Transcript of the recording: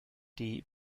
die